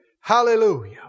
Hallelujah